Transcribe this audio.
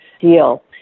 deal